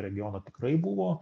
regiono tikrai buvo